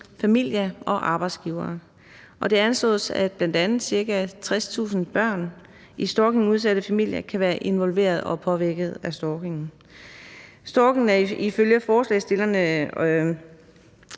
familie og arbejdsgiver. Det anslås, at ca. 60.000 børn i stalkingudsatte familier kan være involveret og påvirket af stalkingen. Stalking er ifølge forslagsstillerne